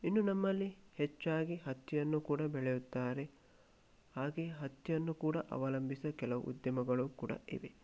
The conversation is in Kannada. ಇನ್ನು ನಮ್ಮಲ್ಲಿ ಹೆಚ್ಚಾಗಿ ಹತ್ತಿಯನ್ನು ಕೂಡ ಬೆಳೆಯುತ್ತಾರೆ ಹಾಗೇ ಹತ್ತಿಯನ್ನು ಕೂಡ ಅವಲಂಬಿಸೋ ಕೆಲವು ಉದ್ಯಮಗಳು ಕೂಡ ಇವೆ